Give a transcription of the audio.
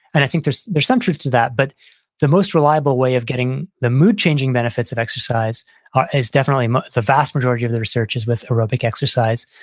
and i think there's there's some truth to that, but the most reliable way of getting the mood changing benefits of exercise is definitely the vast majority of the research is with aerobic exercise.